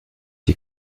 die